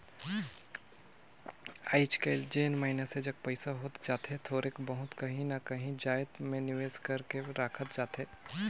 आएज काएल जेन मइनसे जग पइसा होत जाथे थोरोक बहुत काहीं ना काहीं जाएत में निवेस कइर के राखत जाथे